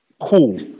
cool